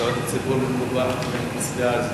אדוני היושב-ראש, רבותי השרים,